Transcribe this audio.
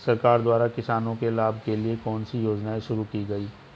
सरकार द्वारा किसानों के लाभ के लिए कौन सी योजनाएँ शुरू की गईं?